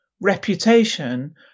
reputation